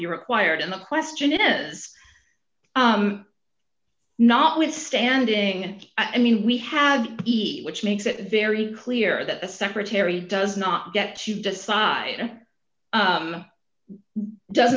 be required in the question it is not withstanding i mean we have which makes it very clear that the secretary does not get to decide and does